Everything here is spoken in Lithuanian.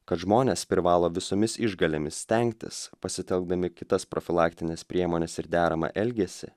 kad žmonės privalo visomis išgalėmis stengtis pasitelkdami kitas profilaktines priemones ir deramą elgesį